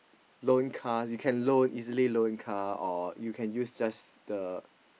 loan cars you can loan easily loan cars or you can use just the